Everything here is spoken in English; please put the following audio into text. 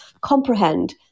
comprehend